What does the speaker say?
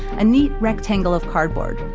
a neat rectangle of cardboard,